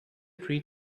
three